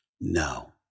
No